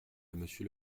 monsieur